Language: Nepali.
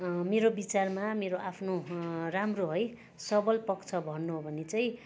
मेरो विचारमा मेरो आफ्नो राम्रो है सबल पक्ष भन्नु हो भने चाहिँ